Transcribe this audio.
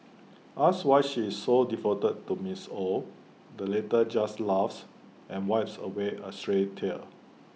asked why she is so devoted to miss Ow the latter just laughs and wipes away A stray tear